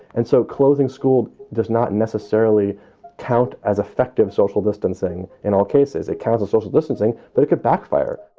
and so closing schools does not necessarily count as effective social distancing. in all cases, it counts as social distancing, but it could backfire